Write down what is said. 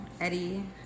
Eddie